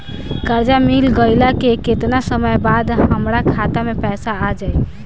कर्जा मिल गईला के केतना समय बाद हमरा खाता मे पैसा आ जायी?